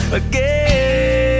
again